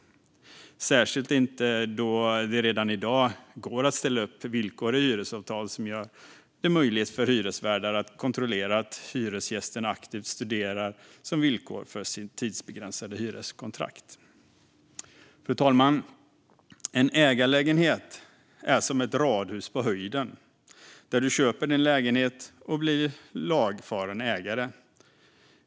Det gäller särskilt eftersom det redan i dag går att ställa upp villkor i hyresavtal som gör det möjligt för hyresvärdar att kontrollera att hyresgästen aktivt studerar, det vill säga uppfyller villkoren för sitt tidsbegränsade hyreskontrakt. Fru talman! En ägarlägenhet är som ett radhus på höjden. Du köper din lägenhet och blir lagfaren ägare.